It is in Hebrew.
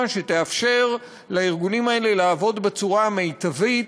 שתאפשר לארגונים הללו לעבוד בצורה המיטבית.